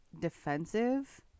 defensive